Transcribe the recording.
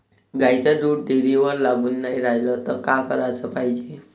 गाईचं दूध डेअरीवर लागून नाई रायलं त का कराच पायजे?